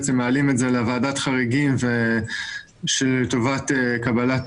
בעצם מעלים את זה לוועדת חריגים לטובת קבלת